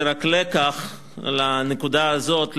זה רק לקח לנקודה הזאת,